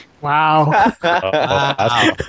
Wow